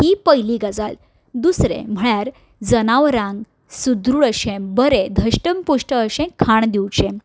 ही पयली गजाल दुसरें म्हळ्यार जनावरांक सुद्रूळ अशें बरें अशें धष्टमपुष्ट अशें खाण दिवचें